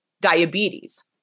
diabetes